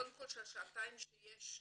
קודם כל שהשעתיים שיש,